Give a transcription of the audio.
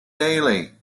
daily